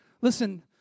Listen